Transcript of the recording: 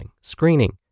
screening